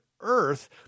earth